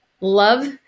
love